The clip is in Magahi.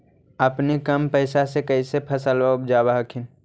अपने कम पैसा से कैसे फसलबा उपजाब हखिन?